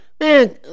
Man